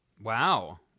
Wow